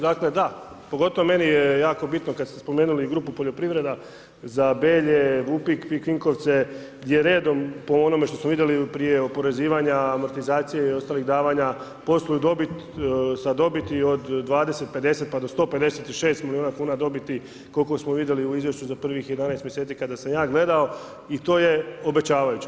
Da, pogotovo meni je jako bitno kad ste spomenuli grupu poljoprivreda za Belje, Vupik, PIK Vinkovce, gdje redom, po onome što smo vidjeli prije oporezivanja, amortizacije i ostalih davanja posluju dobit, sa dobiti od 20, 50, pa do 156 miliona kuna dobiti, koliko smo vidjeli u izvješću za prvih 11 mjeseci kada sam ja gledao i to je obećavajuće.